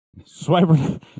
swiper